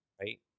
right